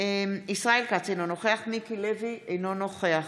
ישראל כץ, אינו נוכח מיקי לוי, אינו נוכח